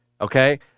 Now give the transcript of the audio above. Okay